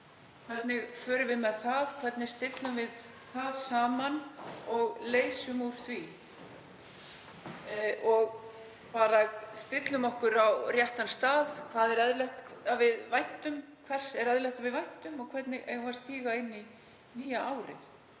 Hvernig förum við með það? Hvernig leysum úr því og bara stillum okkur á réttan stað? Hvers er eðlilegt að vænta og hvernig eigum við að stíga inn í nýja árið?